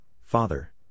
father